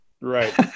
right